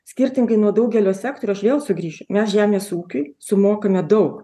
skirtingai nuo daugelio sektorių aš vėl sugrįšiu mes žemės ūkiui sumokame daug